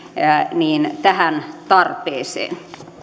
tähän tarpeeseen